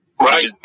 Right